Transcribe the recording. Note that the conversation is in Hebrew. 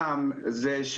רם,